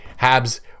Habs